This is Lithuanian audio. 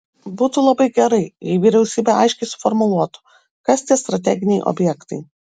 būtų labai gerai jei vyriausybė aiškiai suformuluotų kas tie strateginiai objektai